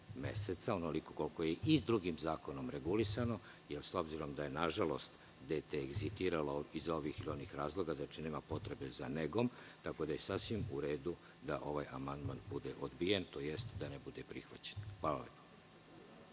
meseca, onoliko koliko je i drugim zakonom regulisano. Jer, s obzirom da je, nažalost, dete egzitiralo iz ovih ili onih razloga, nema potrebe za negom, tako da je sasvim u redu da ovaj amandman bude odbijen, tj. da ne bude prihvaćen. Hvala lepo.